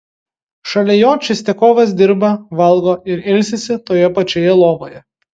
šalia jo čistiakovas dirba valgo ir ilsisi toje pačioje lovoje